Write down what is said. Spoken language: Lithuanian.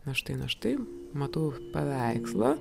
na štai na štai matau paveikslą